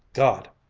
god!